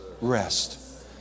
rest